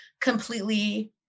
completely